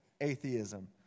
atheism